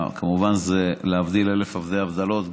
כמובן זה להבדיל אלף אלפי הבדלות,